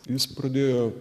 jis pradėjo